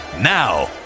Now